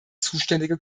zuständige